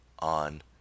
on